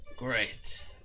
Great